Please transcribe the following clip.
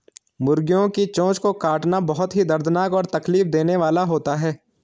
मुर्गियों की चोंच को काटना बहुत ही दर्दनाक और तकलीफ देने वाला होता है